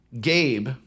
Gabe